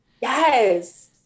Yes